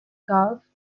gulf